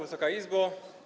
Wysoka Izbo!